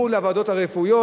מול הוועדות הרפואיות,